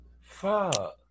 fuck